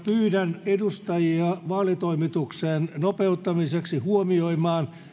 pyydän edustajia vaalitoimituksen nopeuttamiseksi huomioimaan